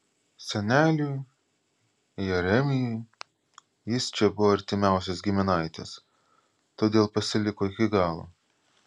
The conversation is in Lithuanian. seneliui jeremijui jis čia buvo artimiausias giminaitis todėl pasiliko iki galo